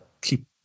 keep